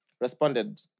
responded